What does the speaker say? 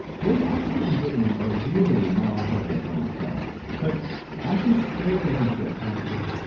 both ashley and brittany are literally miles ahead of their form ourselves. but ashley still doesn't feel happy.